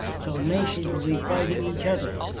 so nations will be fighting each other.